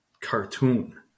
cartoon